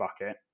bucket